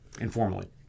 informally